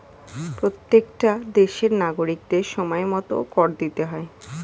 প্রত্যেকটা দেশের নাগরিকদের সময়মতো কর দিতে হয়